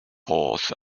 horse